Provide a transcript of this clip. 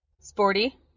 Sporty